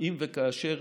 אם וכאשר